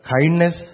kindness